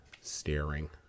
staring